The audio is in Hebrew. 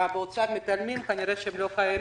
במשרד האוצר מתעלמים, כנראה שהם לא קיימים.